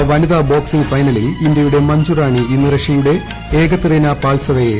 ലോക വനിതാ ബോക്സിംഗ് ഫൈനലിൽ ഇന്ത്യയുടെ മഞ്ജുറാണി ഇന്ന് റഷ്യയുടെ ഏകത്തെറിന പാൽട്സവയെ